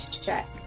check